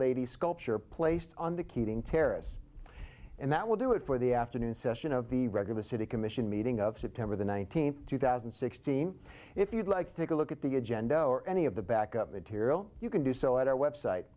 lady sculpture placed on the keating terrace and that will do it for the afternoon session of the regular city commission meeting of september the nineteenth two thousand and sixteen if you'd like to take a look at the agenda or any of the back up material you can do so at our website